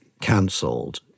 cancelled